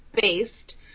based